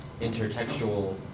intertextual